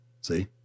see